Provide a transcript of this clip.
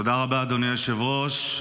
תודה רבה, אדוני היושב-ראש.